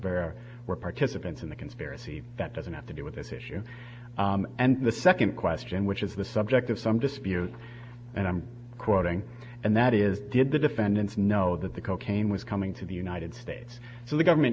compare were participants in the conspiracy that doesn't have to do with this issue and the second question which is the subject of some dispute and i'm quoting and that is did the defendants know that the cocaine was coming to the united states so the government